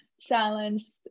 challenged